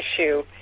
issue